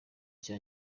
cya